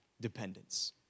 dependence